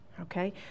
okay